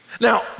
Now